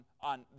on